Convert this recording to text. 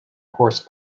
horse